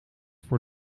voor